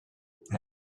pen